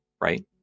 right